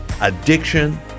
addiction